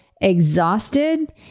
exhausted